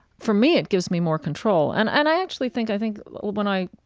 for me, it gives me more control. and and i actually think, i think when i,